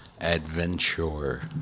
adventure